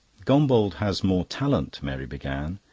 gombauld has more talent, mary began,